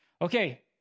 okay